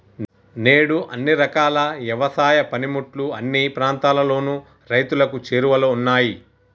నేడు అన్ని రకాల యవసాయ పనిముట్లు అన్ని ప్రాంతాలలోను రైతులకు చేరువలో ఉన్నాయి